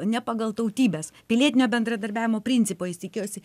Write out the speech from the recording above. ne pagal tautybes pilietinio bendradarbiavimo principo jis tikėjosi